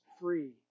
free